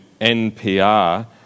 NPR